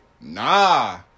Nah